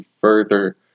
further